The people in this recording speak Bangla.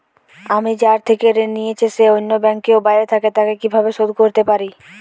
আমি যার থেকে ঋণ নিয়েছে সে অন্য ব্যাংকে ও বাইরে থাকে, তাকে কীভাবে শোধ করতে পারি?